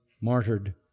martyred